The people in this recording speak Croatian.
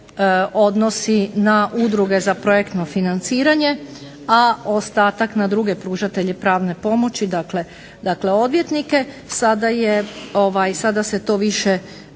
na udruge za projektno financiranje, a ostatak na druge pružatelje pravne pomoći, dakle odvjetnike, sada se to više